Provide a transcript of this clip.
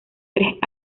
tres